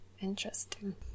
Interesting